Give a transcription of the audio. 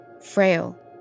frail